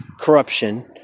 corruption